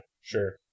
sure